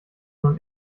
nun